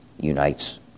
unites